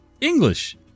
English